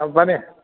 ꯑꯧ ꯐꯅꯤ